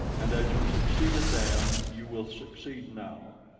and as you succeeded then you will succeed now.